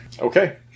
Okay